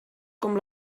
com